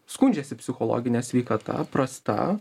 skundžiasi psichologine sveikata prasta